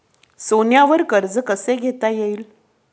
सोन्यावर कर्ज कसे घेता येईल?